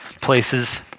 places